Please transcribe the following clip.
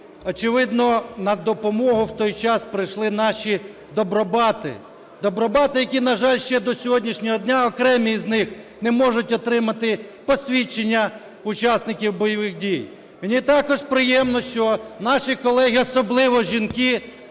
очевидно, на допомогу в той час прийшли наші добробати. Добробати, які, на жаль, ще до сьогоднішнього дня окремі з них не можуть отримати посвідчення учасника бойових дій. Мені також приємно, що наші колеги, особливо жінки,